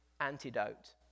antidote